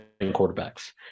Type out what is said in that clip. quarterbacks